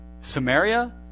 Samaria